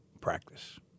practice